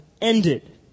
ended